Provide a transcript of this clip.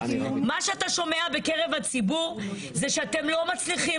מה שאתה שומע בקרב הציבור זה שאתם לא מצליחים